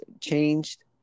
changed